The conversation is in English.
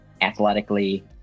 athletically